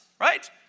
right